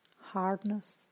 hardness